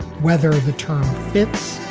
whether the term fits